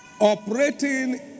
Operating